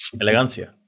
elegancia